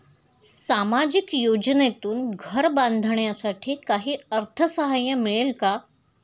सामाजिक योजनेतून घर बांधण्यासाठी काही अर्थसहाय्य मिळेल का?